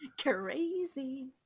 Crazy